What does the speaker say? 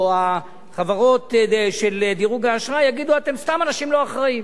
או החברות של דירוג האשראי יגידו: אתם סתם אנשים לא אחראיים,